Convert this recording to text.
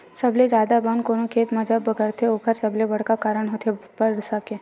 सबले जादा बन कोनो खेत म जब बगरथे ओखर सबले बड़का कारन होथे बरसा के